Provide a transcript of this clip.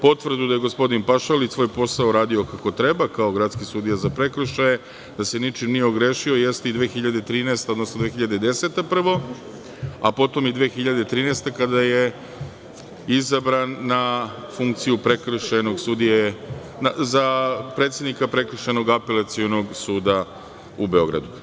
Potvrdu da je gospodin Pašalić svoj posao radio kako treba kao gradski sudija za prekršaje, da se ničim nije ogrešio jeste i 2013. odnosno 2010. prvo, a potom i 2013. kada je izabran na predsednika Prekršajnog apelacionog suda u Beogradu.